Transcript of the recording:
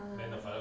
(uh huh)